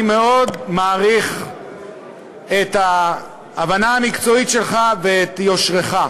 אני מאוד מעריך את ההבנה המקצועית שלך ואת יושרך.